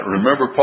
Remember